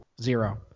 zero